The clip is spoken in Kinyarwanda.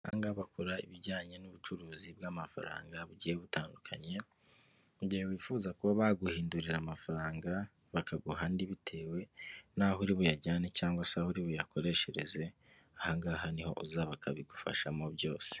Aha ngaha bakora ibijyanye n'ubucuruzi bw'amafaranga bugiye butandukanye, mu gihe wifuza kuba baguhindurira amafaranga bakaguha andi bitewe n'aho uri buyajyane cyangwa se aho uri buyakoreshereze, aha ngaha niho uzaba bakabigufashamo byose.